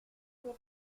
n’est